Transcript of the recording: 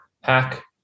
hack